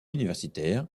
universitaire